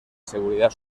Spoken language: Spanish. seguridad